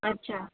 अच्छा